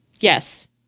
Yes